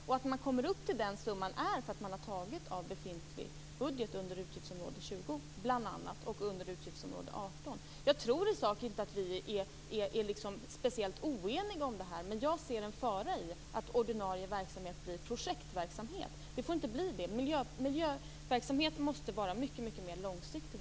Att det går att komma upp i den summan beror på att det har tagits ur befintlig budget under utgiftsområdena 20 och 18. Jag tror inte att vi är speciellt oeniga i sak. Jag ser en fara i att ordinarie verksamhet blir projektverksamhet. Det får inte bli det. Miljöverksamheten måste vara mer långsiktig.